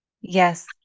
Yes